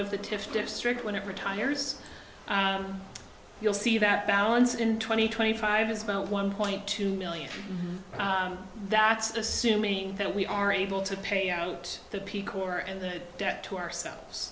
of the tips district when it retires you'll see that balance in twenty twenty five is about one point two million that's assuming that we are able to pay out the peace corps and the debt to ourselves